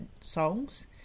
songs